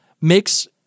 makes